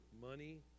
money